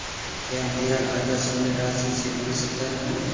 क्या मेरा खाता शून्य राशि से खुल सकता है?